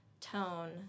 tone